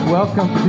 welcome